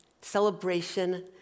celebration